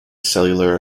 cellular